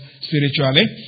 spiritually